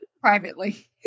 privately